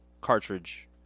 cartridge